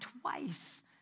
twice